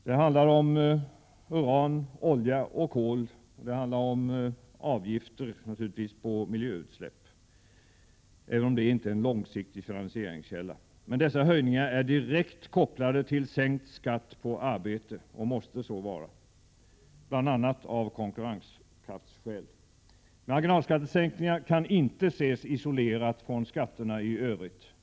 Det handlar om uran, olja och kol, om avgifter på s.k. miljöutsläpp, även om detta inte är inkomstkällor på lång sikt, men de är direkt kopplade till sänkt skatt på arbete och måste så vara, bl.a. av konkurrensskäl. Marginalskattesänkningar kaniinte ses isolerade från skatterna i övrigt.